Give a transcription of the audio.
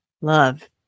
love